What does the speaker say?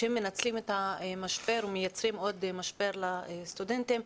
שמנצלים את המשבר ומייצרים עוד משבר לסטודנטים.